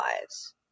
lives